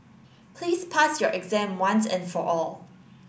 please pass your exam once and for all